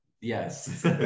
yes